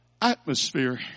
atmosphere